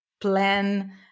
plan